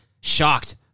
shocked